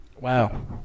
Wow